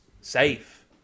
safe